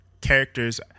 characters